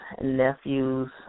nephews